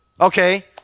Okay